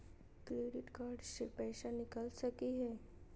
Credit card से पैसा निकल सकी हय?